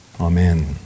Amen